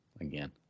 again